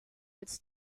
als